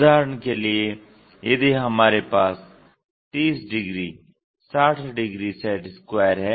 उदाहरण के लिए यदि हमारे पास 30 डिग्री 60 डिग्री सेट स्क्वायर है